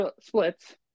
splits